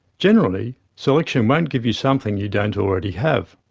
generally, selection won't give you something you don't already have.